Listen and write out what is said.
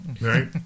Right